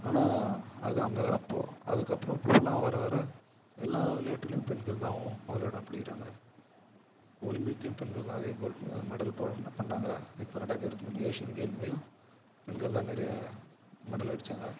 ஆனால் அது அந்த அப்போது அதுக்கப்றம் இப்போதுலாம் வர வர எல்லா விளையாட்டுலேயும் பெண்கள் தான் முதலிடோம் பிடிக்கிறாங்க ஒலிம்பிக்லேயும் பெண்கள் தான் அதிகம் கோல்ட் மெடல் பண்ணாங்க இப்போ ரெண்டாயிரத்தி இருபத்தி மூணு ஏஷியன் கேம்லேயும் பெண்கள் தான் நிறையா மெடல் அடித்தாங்க